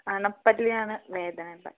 അണപ്പല്ലിനാണ് വേദന ഇപ്പം